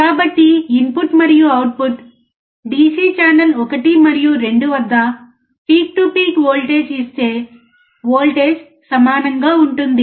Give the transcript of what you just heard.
కాబట్టి మీరు ఇన్పుట్ మరియు అవుట్పుట్ DC ఛానల్ 1 మరియు 2 వద్ద పీక్ టు పీక్ వోల్టేజ్ చూస్తే వోల్టేజ్ సమానంగా ఉంటుంది